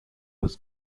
was